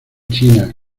china